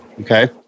Okay